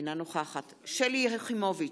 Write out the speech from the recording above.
אינה נוכחת שלי יחימוביץ'